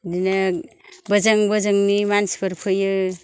बिदिनो बोजों बोजोंनि मानसिफोर फैयो